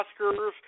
Oscars